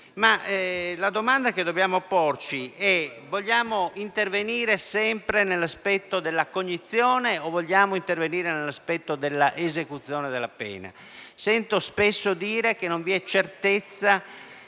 La domanda che dobbiamo porci è se vogliamo intervenire sempre nell'aspetto della cognizione o vogliamo intervenire sull'aspetto dell'esecuzione della pena. Sento spesso dire che non vi è certezza